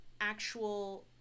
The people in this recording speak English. actual